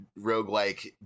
roguelike